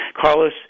Carlos